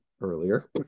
earlier